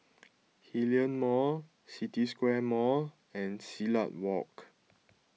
Hillion Mall City Square Mall and Silat Walk